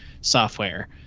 software